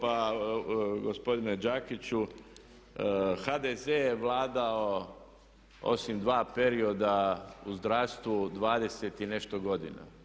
Pa gospodine Đakiću, HDZ je vladao osim dva perioda u zdravstvu 20 i nešto godina.